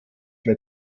mehr